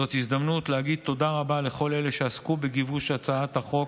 זאת הזדמנות להגיד תודה רבה לכל אלה שעסקו בגיבוש הצעת החוק,